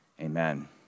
Amen